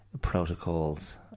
protocols